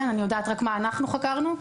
אני יודעת רק מה אנחנו חקרנו.